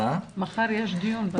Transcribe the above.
מחר מתקיים דיון.